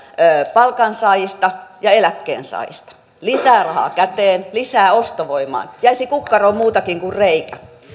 palkansaajista ja eläkkeensaajista lisää rahaa käteen lisää ostovoimaan jäisi kukkaroon muutakin kuin reikä